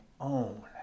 own